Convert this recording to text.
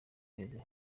mezi